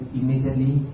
immediately